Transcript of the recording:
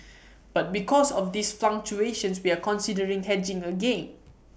but because of these fluctuations we are considering hedging again